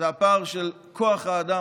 הפער של כוח האדם.